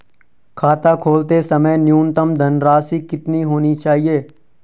खाता खोलते समय न्यूनतम धनराशि कितनी होनी चाहिए?